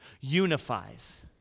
unifies